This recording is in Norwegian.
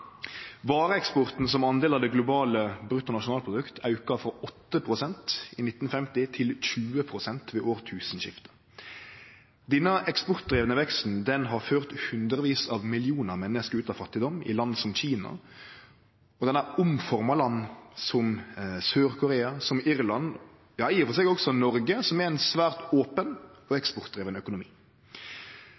Vareeksporten som del av det globale bruttonasjonalprodukt auka frå 8 pst. i 1950 til 20 pst. ved årtusenskiftet. Denne eksportdrivne veksten har ført hundrevis av millionar menneske ut av fattigdom i land som Kina, og han har omforma land som Sør-Korea og Irland – ja i og for seg også Noreg, som har ein svært open og eksportdriven økonomi.